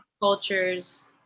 cultures